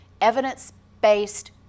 evidence-based